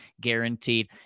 guaranteed